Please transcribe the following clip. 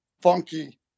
funky